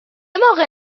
موقع